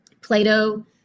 Plato